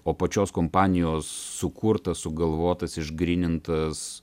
o pačios kompanijos sukurtas sugalvotas išgrynintas